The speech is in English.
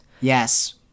Yes